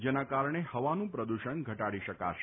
જેના કારણે હવાનું પ્રદૂષણ ઘટાડી શકાશે